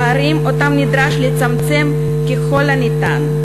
פערים שנדרש לצמצמם ככל הניתן.